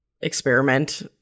experiment